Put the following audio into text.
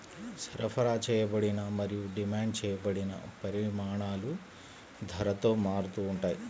సరఫరా చేయబడిన మరియు డిమాండ్ చేయబడిన పరిమాణాలు ధరతో మారుతూ ఉంటాయి